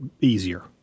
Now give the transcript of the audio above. easier